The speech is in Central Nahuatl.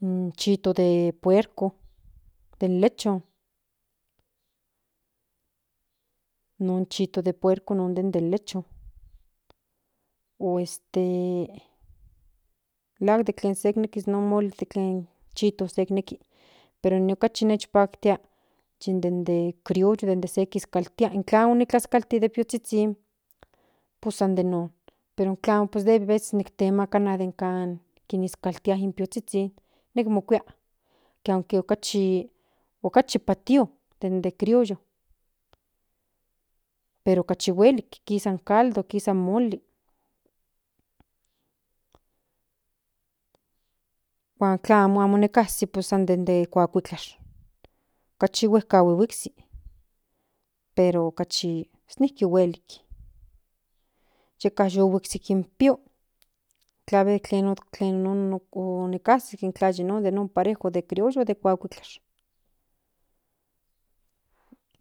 In chito de puerco non chito non den lechon o este melahuan de tlen se nekis de tlen chito se nekis pero ine kachi nikpaktia den de crioyo den se kiskaltia in tlamo kiskalti pues san yi non pero klamo aveces de kan kiniskaltia in piozhizhin nek mokuia aunque okachi okchi patio den de crioyo pero kachi huelik kisa in caldo kisa in moli huan tlamo amo ni kasi pues san kuakliklash kachi huejkahui huksik pero okachi pus nijki huelik yeka yu huiksik in pio tla de tlen ono onikasi intla yi non parejo de crioyo o de kuakuiklash